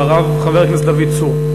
אחריו, חבר הכנסת דוד צור.